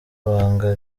banga